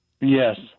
Yes